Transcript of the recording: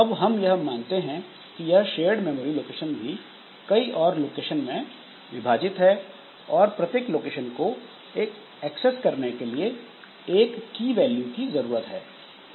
अब हम यह मानते हैं कि यह शेयर्ड मेमोरी लोकेशन भी कई और लोकेशन में विभाजित है और प्रत्येक लोकेशन को एक्सेस करने के लिए एक की वैल्यू की जरूरत है